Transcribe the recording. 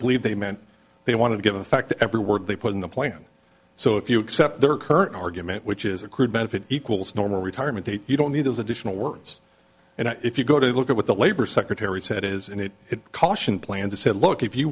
believe they meant they want to give effect to every word they put in the plan so if you accept their current argument which is a crude benefit equals normal retirement date you don't need those additional words and if you go to look at what the labor secretary said is in it it caution plan to say look if you